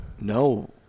No